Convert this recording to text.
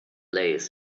lace